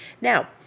Now